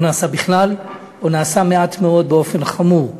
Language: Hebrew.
לא נעשה בכלל או נעשה מעט מאוד באופן חמור.